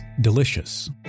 delicious